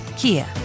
Kia